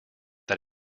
that